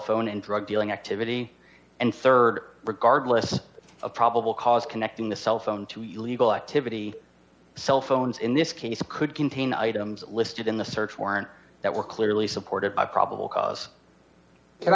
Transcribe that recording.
phone and drug dealing activity and rd regardless of probable cause connecting the cell phone to illegal activity cell phones in this case could contain items listed in the search warrant that were clearly supported by probable cause an